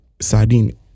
sardine